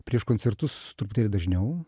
prieš koncertus truputėlį dažniau